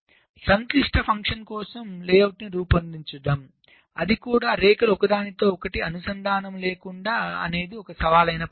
కాబట్టి సంక్లిష్ట ఫంక్షన్ కోసం లేఅవుట్ను రూపొందించడం అది కూడా రేఖలు ఒకదానితో ఒకటి అనుసంధానం లేకుండా అనేది ఒక సవాలు అయిన పని